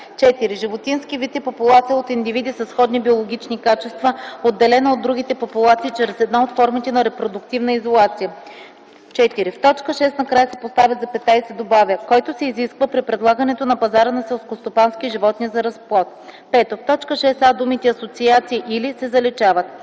„4. ”Животински вид” е популация от индивиди със сходни биологични качества, отделена от другите популации чрез една от формите на репродуктивна изолация.” 4. В т. 6 накрая се поставя запетая и се добавя „който се изисква при предлагането на пазара на селскостопански животни за разплод”. 5. В т. 6а думите “асоциация или” се заличават.